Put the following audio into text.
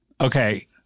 Okay